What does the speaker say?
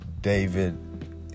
David